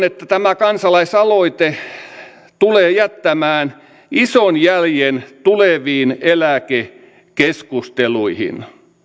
tämä kansalaisaloite tulee jättämään ison jäljen tuleviin eläkekeskusteluihin